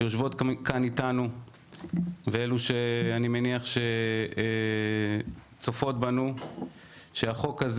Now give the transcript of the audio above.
שיושבות כאן איתנו ואלו שאני מניח שצופות בנו שהחוק הזה